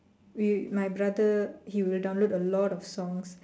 with my brother he will download a lot of songs